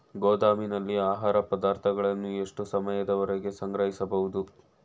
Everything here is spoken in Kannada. ಗೋದಾಮಿನಲ್ಲಿ ಆಹಾರ ಪದಾರ್ಥಗಳನ್ನು ಎಷ್ಟು ಸಮಯದವರೆಗೆ ಸಂಗ್ರಹಿಸಬಹುದು?